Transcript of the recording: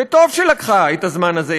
וטוב שלקחה את הזמן הזה,